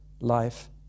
life